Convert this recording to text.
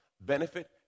benefit